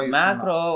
macro